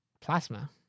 Plasma